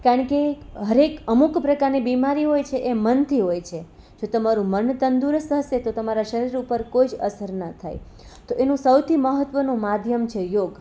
કારણ કે હરેક અમુક પ્રકારની બીમારીઓ હોય છે એ મનથી હોય છે જો તમારું મન તંદુરસ્ત હશે તો તમારા શરીર ઉપર કોઈ જ અસર ના થાય તો એનું સૌથી મહત્વનું માધ્યમ છે યોગ